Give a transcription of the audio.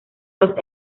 los